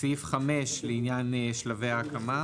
סעיף 5, לגבי שלבי ההקמה.